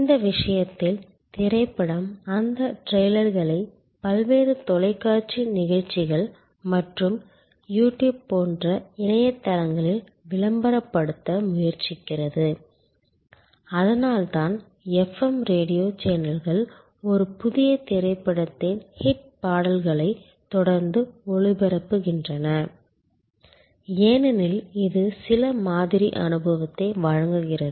இந்த விஷயத்தில் திரைப்படம் அந்த டிரெய்லர்களை பல்வேறு தொலைக்காட்சி நிகழ்ச்சிகள் மற்றும் யூடியூப் போன்ற இணைய தளங்களில் விளம்பரப்படுத்த முயற்சிக்கிறது அதனால்தான் எஃப்எம் ரேடியோ சேனல்கள் ஒரு புதிய திரைப்படத்தின் ஹிட் பாடல்களை தொடர்ந்து ஒளிபரப்புகின்றன ஏனெனில் இது சில மாதிரி அனுபவத்தை வழங்குகிறது